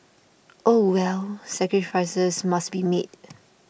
oh well sacrifices must be made